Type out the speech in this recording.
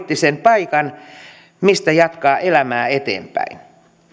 tai työvoimapoliittisen paikan mistä jatkaa elämää eteenpäin